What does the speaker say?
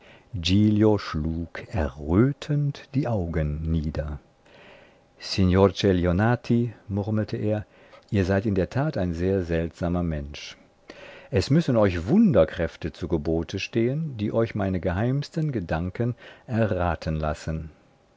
schlug errötend die augen nieder signor celionati murmelte er ihr seid in der tat ein sehr seltsamer mensch es müssen euch wunderkräfte zu gebote stehen die euch meine geheimsten gedanken erraten lassen